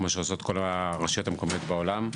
כמו שעושות כל הרשויות המקומיות בעולם.